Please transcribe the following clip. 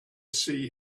sea